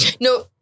no